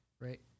right